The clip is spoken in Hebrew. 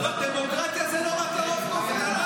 אבל דמוקרטיה זה לא רק הרוב קובע,